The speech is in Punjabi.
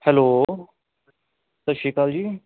ਹੈਲੋ ਸਤਿ ਸ਼੍ਰੀ ਅਕਾਲ ਜੀ